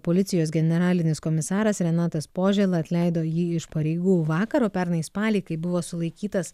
policijos generalinis komisaras renatas požėla atleido jį iš pareigų vakaro pernai spalį kai buvo sulaikytas